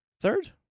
Third